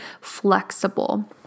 flexible